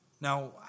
now